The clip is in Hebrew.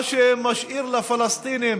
מה שמשאיר לפלסטינים